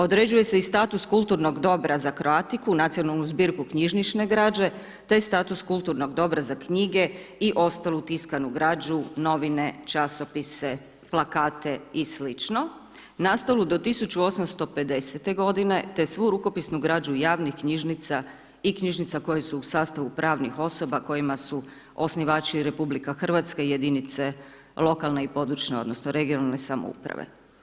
Određuje se i status kulturnog dobra za Kroatiku, nacionalnu zbirku knjižnične građe te status kulturnog dobra za knjige i ostalu tiskanu građu, novine, časopise, plakati i slično nastalu do 1850. te svu rukopisnu građu javnih knjižnica i knjižnica koje su u sastavu pravnih osoba kojima su osnivači RH i jedinice lokalne i područne, odnosno regionalne samouprave.